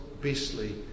beastly